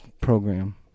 program